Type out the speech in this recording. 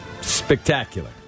spectacular